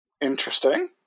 Interesting